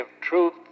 truth